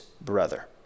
brother